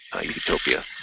Utopia